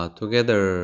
together